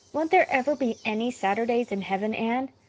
won't there ever be any saturdays in heaven, anne?